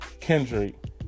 Kendrick